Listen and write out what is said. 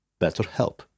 BetterHelp